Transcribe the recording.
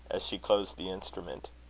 as she closed the instrument.